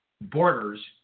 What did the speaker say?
borders